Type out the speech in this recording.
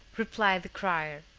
replied the crier,